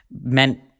meant